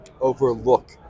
overlook